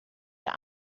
der